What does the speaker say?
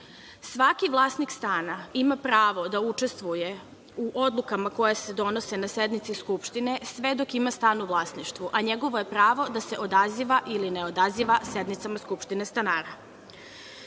Svaki vlasnik stana ima pravo da učestvuje u odlukama koje se donose na sednici skupštine, sve dok ima stan u vlasništvu, a njegovo je pravo da se odaziva ili ne odaziva sednicama skupštine stanara.U